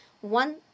One